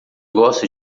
gosto